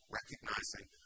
recognizing